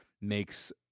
makes